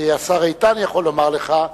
השר איתן יכול לומר לך,